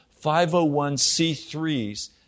501c3s